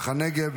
15 בעד, 42 נגד.